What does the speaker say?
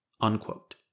Unquote